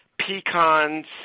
pecans